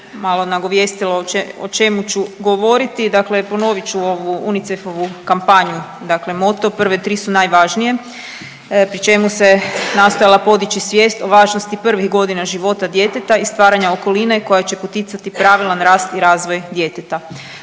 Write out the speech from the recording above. malo nagovijestila o čemu ću govoriti dakle ponovit ću ovu UNICEF-ovu kampanju, dakle moto „Prve tri su najvažnije“ pri čemu se nastojala podići svijest o važnosti prvih godina života djeteta i stvaranja okoline koja će poticati pravilan rast i razvoj djeteta.